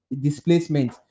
displacement